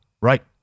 Right